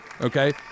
Okay